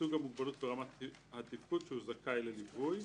סוג המוגבלות ורמת התפקוד, שהוא זכאי לליווי".